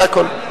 זה הכול.